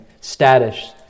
status